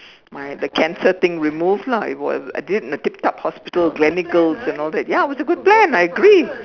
my the cancer thing removed lah it was I did it in a tip top hospital Gleneagles and all that ya it's a good plan I agree